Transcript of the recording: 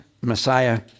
Messiah